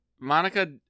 Monica